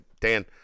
Dan